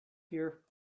here